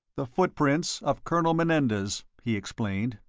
the footprints of colonel menendez! he explained.